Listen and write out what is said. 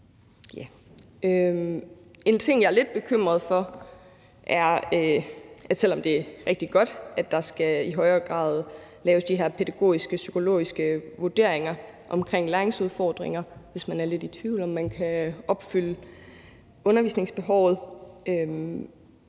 med. Jeg er lidt bekymret for en ting, selv om det er rigtig godt, at der i højere grad skal laves de her pædagogiske og psykologiske vurderinger omkring læringsudfordringer, hvis man er lidt i tvivl om, om man kan opfylde undervisningsbehovet.